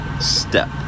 step